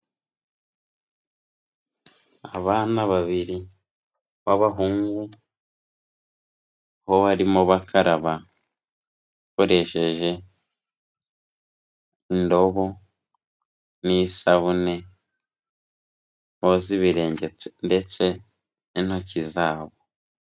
Abana babiri b'abahungu, bo barimo bakaraba bakoresheje indobo n'isabune, boza ibirenge ndetse n'intoki zabo.